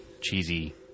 cheesy